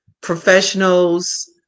professionals